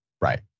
Right